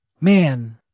Man